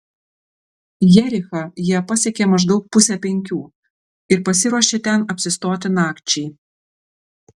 jerichą jie pasiekė maždaug pusę penkių ir pasiruošė ten apsistoti nakčiai